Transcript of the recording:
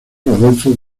rodolfo